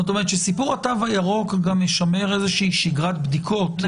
זאת אומרת שסיפור התו הירוק גם משמר איזושהי שגרת בדיקות.